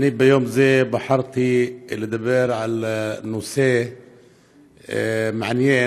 אני ביום זה בחרתי לדבר על נושא מעניין: